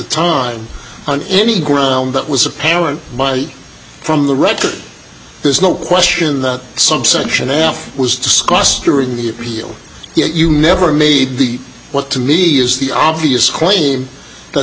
time on any ground that was apparent from the record there's no question that subsection f was discussed during the appeal you never made the what to me is the obvious claim that